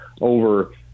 over